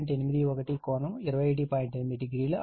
80ఆంపియర్